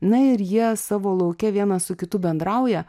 na ir jie savo lauke vienas su kitu bendrauja